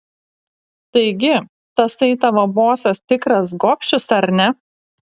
taigi tasai tavo bosas tikras gobšius ar ne